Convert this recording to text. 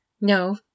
No